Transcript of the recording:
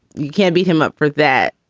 you can't beat him up for that.